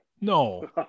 no